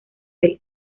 del